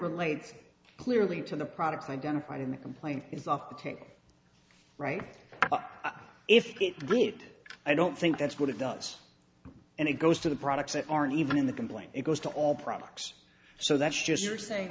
relates clearly to the products identified in the complaint is off the table right if it great i don't think that's what it does and it goes to the products that aren't even in the complaint it goes to all products so that's just you're saying